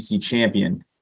champion